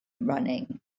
running